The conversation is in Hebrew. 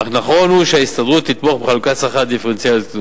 אך נכון הוא שההסתדרות תתמוך בחלוקת שכר דיפרנציאלית זו.